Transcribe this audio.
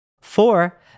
Four